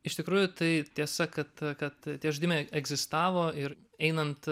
iš tikrųjų tai tiesa kad kad tie žaidimai egzistavo ir einant